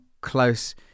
close